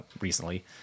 recently